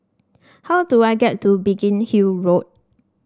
how do I get to Biggin Hill Road